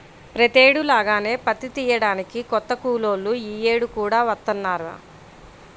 ప్రతేడు లాగానే పత్తి తియ్యడానికి కొత్త కూలోళ్ళు యీ యేడు కూడా వత్తన్నారా